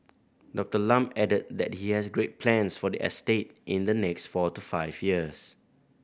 Doctor Lam added that he has great plans for the estate in the next four to five years